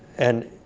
and